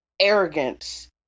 arrogance